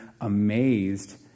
amazed